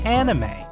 anime